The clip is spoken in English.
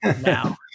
now